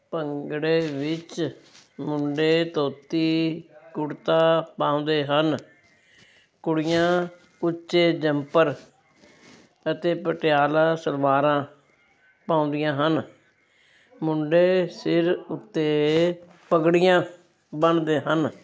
ਭੰਗੜੇ ਵਿੱਚ ਮੁੰਡੇ ਧੋਤੀ ਕੁੜਤਾ ਪਾਉਂਦੇ ਹਨ ਕੁੜੀਆਂ ਉੱਚੇ ਜੈਂਪਰ ਅਤੇ ਪਟਿਆਲਾ ਸਲਵਾਰਾਂ ਪਾਉਂਦੀਆਂ ਹਨ ਮੁੰਡੇ ਸਿਰ ਉੱਤੇ ਪੱਗੜੀਆਂ ਬੰਨ੍ਹਦੇ ਹਨ